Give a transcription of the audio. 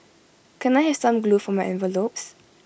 can I have some glue for my envelopes